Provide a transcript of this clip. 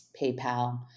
PayPal